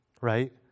right